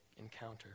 encounter